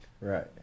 right